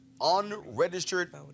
unregistered